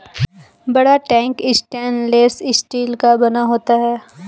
बड़ा tank stainless steel का बना होता है